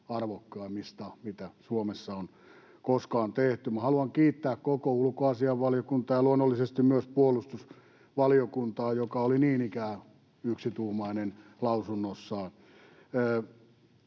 arvokkaimmista, mitä Suomessa on koskaan tehty. Haluan kiittää koko ulkoasiainvaliokuntaa ja luonnollisesti myös puolustusvaliokuntaa, joka oli niin ikään yksituumainen lausunnossaan.